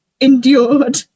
endured